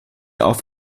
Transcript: auf